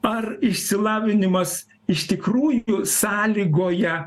ar išsilavinimas iš tikrųjų sąlygoja